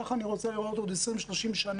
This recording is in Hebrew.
כך אני רוצה להיראות בעוד 20 30 שנים,